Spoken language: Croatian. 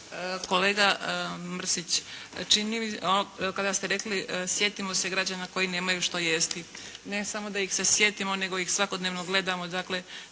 mi se, kada ste rekli sjetimo se građana koji nemaju što jesti. Ne samo da ih se samo sjetimo, nego ih svakodnevno gledamo